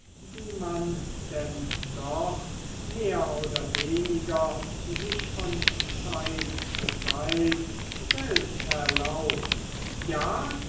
die man denn doch mehr oder weniger sich von zeit zu zeit selbst erlaubt ja